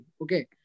Okay